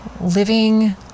living